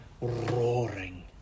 roaring